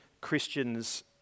Christians